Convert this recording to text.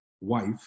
wife